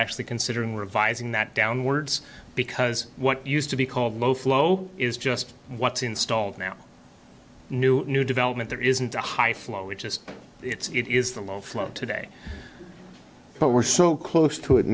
actually considering revising that downwards because what used to be called low flow is just what's installed now new new development there isn't a high flow which is it's it is the low flow today but we're so close to it